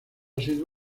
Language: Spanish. sido